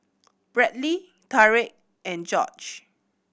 Bradley Tarik and Jorge